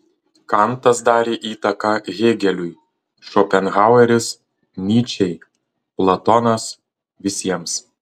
kantas darė įtaką hėgeliui šopenhaueris nyčei platonas visiems